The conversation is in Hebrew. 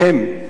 והם: